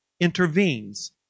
intervenes